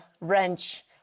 wrench